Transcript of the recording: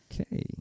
Okay